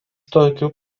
tokiu